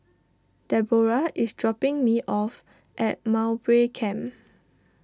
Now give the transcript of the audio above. Debora is dropping me off at Mowbray Camp